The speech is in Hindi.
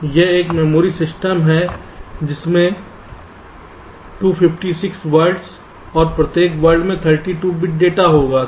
तो यह एक मेमोरी सिस्टम है जिसमें 256 वर्ड्स और प्रत्येक वर्ड में 32 बिट्स डेटा होता हैं